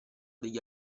degli